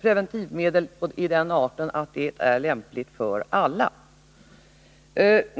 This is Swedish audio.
preventivmedel av den arten att det är lämpligt för alla.